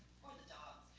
or the dogs.